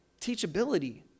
Teachability